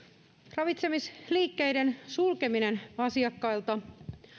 ravitsemisliikkeiden sulkeminen asiakkailta